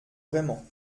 vraiment